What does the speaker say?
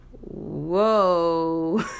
Whoa